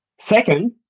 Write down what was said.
Second